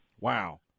Wow